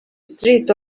street